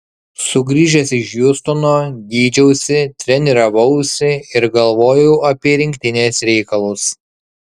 sugrįžęs iš hjustono gydžiausi treniravausi ir galvojau apie rinktinės reikalus